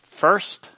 first